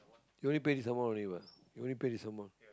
you only pay this amount only what you only pay this amount